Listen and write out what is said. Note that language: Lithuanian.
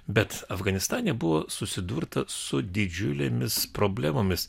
bet afganistane buvo susidurta su didžiulėmis problemomis